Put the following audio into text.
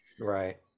right